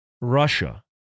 Russia